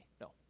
No